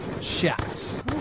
Shots